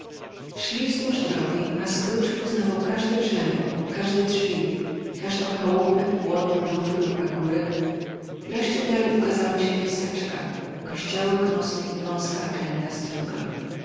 szli wzdłuż drogi a scrooge poznawał każde drzewo każde drzwi każdą chałupę płot rów lub pagórek wreszcie w dali ukazała się wioseczka kościołek mostek i wązka a kręta struga